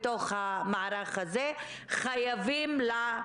כל הנושא של לידות בבתי חולים זה נושא שמחייב בדיקה